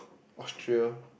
Austria